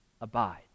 abide